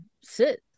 sit